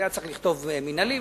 היה צריך לכתוב מינהלים,